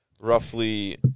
roughly